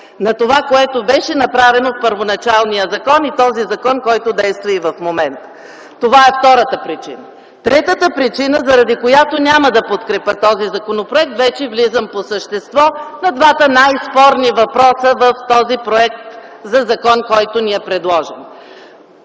на това, което беше направено в първоначалния закон и този закон, който действа и в момента. Това е втората причина. Третата причина, заради която няма да подкрепя този законопроект, вече навлизам по същество на двата най-спорни въпроса в предложения ни законопроект.